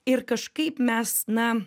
ir kažkaip mes na